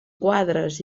quadres